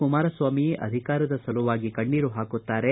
ಕುಮಾರಸ್ವಾಮಿ ಅಧಿಕಾರದ ಸಲುವಾಗಿ ಕಣ್ಣೇರು ಹಾಕುತ್ತಾರೆ